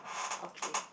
okay